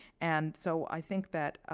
and so, i think that